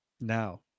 Now